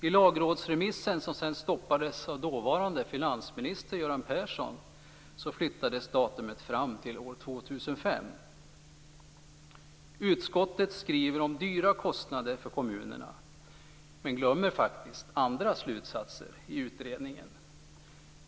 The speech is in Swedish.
I lagrådsremissen, som sedan stoppades av dåvarande finansminister Göran Persson, flyttades datumet fram till år 2005. Utskottet skriver om dyra kostnader för kommunerna, men glömmer faktiskt andra slutsatser i utredningen.